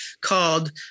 called